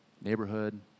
neighborhood